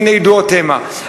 מן הידועות המה,